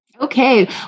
Okay